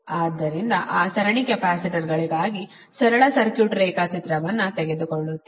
ಆದ್ದರಿಂದ ಆ ಸರಣಿಯ ಕೆಪಾಸಿಟರ್ಗಳಿಗಾಗಿ ಸರಳ ಸರ್ಕ್ಯೂಟ್ ರೇಖಾಚಿತ್ರವನ್ನು ತೆಗೆದುಕೊಳ್ಳುತ್ತೇವೆ